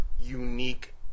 unique